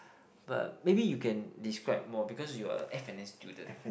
but maybe you can describe more because you are a F and N student